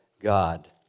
God